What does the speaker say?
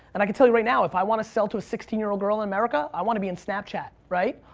and i can tell you right now if i want to sell to a sixteen year old girl in america, i want to be in snapchat, right?